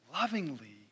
lovingly